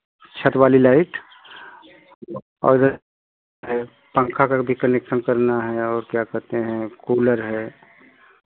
छत वाली लाइट और पंखा का भी कनेक्शन करना है और क्या कहते हैं कूलर है